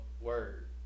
word